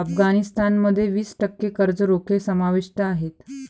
अफगाणिस्तान मध्ये वीस टक्के कर्ज रोखे समाविष्ट आहेत